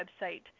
website